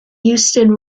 euston